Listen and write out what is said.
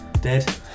dead